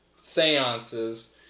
seances